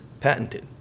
patented